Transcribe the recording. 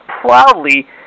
proudly